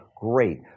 great